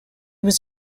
was